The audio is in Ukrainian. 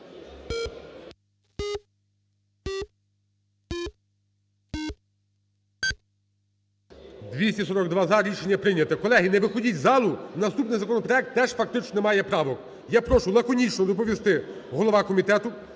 За-242 Рішення прийнято. Колеги, не виходіть із залу, наступний законопроект теж фактично не має правок. Я прошу лаконічно доповісти, голова комітету.